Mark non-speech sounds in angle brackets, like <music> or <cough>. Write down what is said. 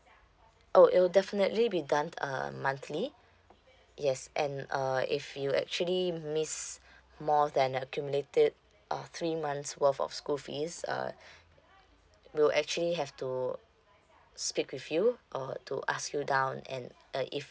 oh it'll definitely be done uh monthly yes and uh if you actually miss more than accumulated uh three months worth of school fees uh <breath> we'll actually have to speak with you uh to ask you down and uh if